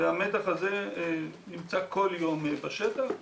והמתח הזה נמצא כל יום בשטח,